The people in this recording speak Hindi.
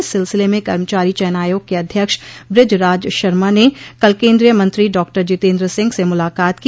इस सिलसिले में कर्मचारी चयन आयोग के अध्यक्ष बृजराज शर्मा ने कल केन्द्रीय मंत्री डॉक्टर जितेन्द्र सिंह से मुलाकात की